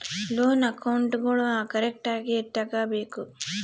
loan ಅಕೌಂಟ್ಗುಳ್ನೂ ಕರೆಕ್ಟ್ಆಗಿ ಇಟಗಬೇಕು